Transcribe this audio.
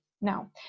now